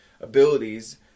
abilities